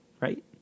right